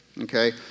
okay